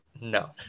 no